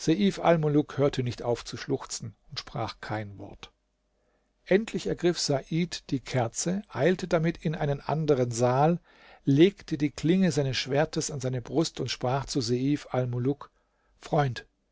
hörte nicht auf zu schluchzen und sprach kein wort endlich ergriff said die kerze eilte damit in einen anderen saal legte die klinge seines schwertes an seine brust und sprach zu seif almuluk freund